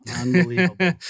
Unbelievable